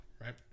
right